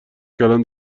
کلان